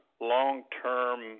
long-term